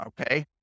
okay